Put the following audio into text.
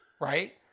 Right